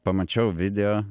pamačiau video